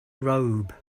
robe